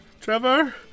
Trevor